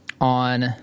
on